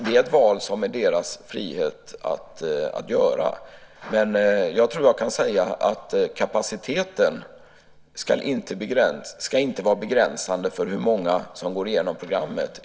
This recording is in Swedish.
De är fria att göra det valet. Kapaciteten ska inte vara begränsande för hur många som går igenom programmet.